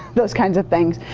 those kinds of things.